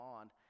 on